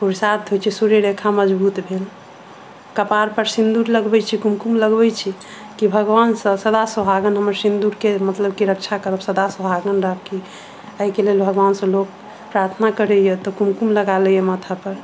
पुरुषार्थ होइ छै सूर्य रेखा मजबूत भेल कपार पर सिन्दूर लगबै छै कुमकुम लगबै छै कि भगबानसँ सदा सुहागन हमर सिन्दूर के मतलब कि रक्षा करब सदा सुहागन राखि एहि के लेल भगबान से लोक प्रार्थना करैए तऽ कुमकुम लगालैए माथा पर